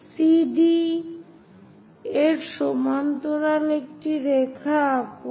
CD এর সমান্তরাল একটি রেখা আঁকুন